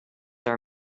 are